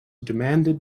demanded